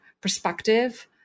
perspective